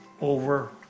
over